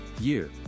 Year –